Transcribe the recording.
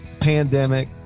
pandemic